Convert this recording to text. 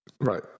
Right